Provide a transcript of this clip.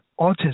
autism